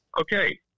Okay